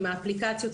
עם האפליקציות,